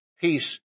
peace